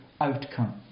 outcome